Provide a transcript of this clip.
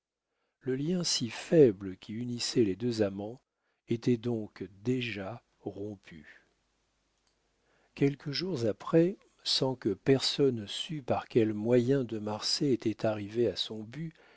le lien si faible qui unissait les deux amants était donc déjà rompu quelques jours après sans que personne sût par quels moyens de marsay était arrivé à son but